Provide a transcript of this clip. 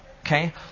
Okay